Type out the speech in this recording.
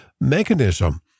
mechanism